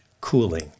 cooling